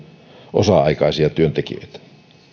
osa aikaisia työntekijöitä